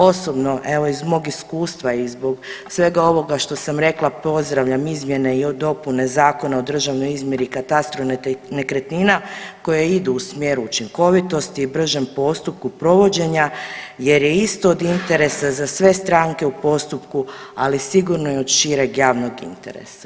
Osobno evo iz mog iskustava i zbog svega ovoga što sam rekla pozdravljam izmjene i dopune Zakona o državnoj izmjeri i katastru nekretnina koje idu u smjeru učinkovitosti i bržem postupku provođenja jer je isto od interesa za sve stranke u postupku ali sigurno je od šireg javnog interesa.